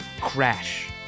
Crash